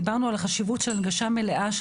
דיברנו על החשיבות של הנגשה מלאה של